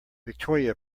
victoria